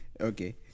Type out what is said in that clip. Okay